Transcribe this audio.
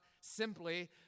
simply